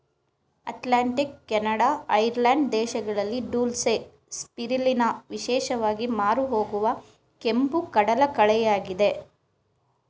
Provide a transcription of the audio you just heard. Atlantic, Canada, Ireland ದೇಶಗಳಲ್ಲಿ dulse, spirulina ವಿಶೇಷವಾಗಿ ಮಾರುಹೋಗುವ ಕೆಂಪು ಕಡಲಕಳೆಯಾಗಿದೆ